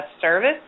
service